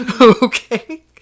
okay